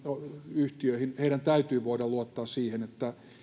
yhtiöihin täytyy voida luottaa siihen että